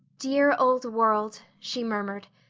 dear old world, she murmured,